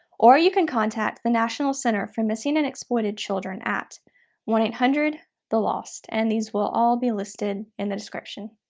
or you can contact the national center for missing and exploited children at one eight hundred the lost. and these will all be listed in the description.